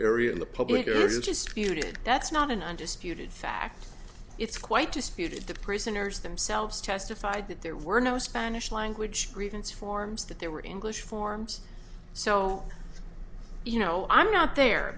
it that's not an undisputed fact it's quite disputed the prisoners themselves testified that there were no spanish language grievance forms that there were english forms so you know i'm not there